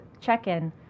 check-in